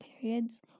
periods